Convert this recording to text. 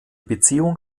beziehung